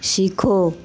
सीखो